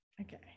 Okay